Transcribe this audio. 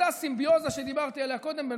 אותה סימביוזה שדיברתי עליה קודם בין